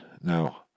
Now